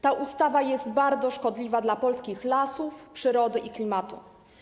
Ta ustawa jest bardzo szkodliwa dla polskich lasów, przyrody i klimatu.